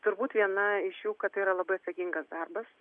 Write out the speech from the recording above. turbūt viena iš jų kad tai yra labai atsakingas darbas